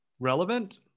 Relevant